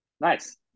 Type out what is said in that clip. Nice